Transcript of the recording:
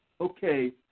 okay